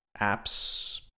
apps